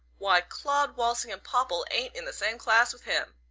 why, claud walsingham popple ain't in the same class with him!